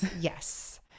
Yes